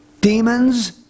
demons